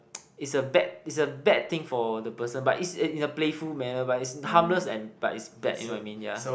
it's a bad it's a bad thing for the person but it's in in a playful manner but it's harmless and but it's bad you know what I mean yeah